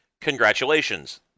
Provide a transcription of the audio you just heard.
congratulations